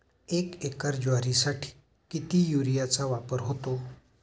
एक एकर ज्वारीसाठी किती युरियाचा वापर होतो?